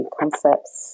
concepts